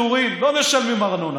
הם פטורים, לא משלמים ארנונה.